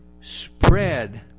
spread